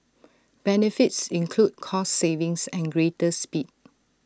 benefits include cost savings and greater speed